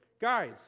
Guys